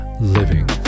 living